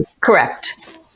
correct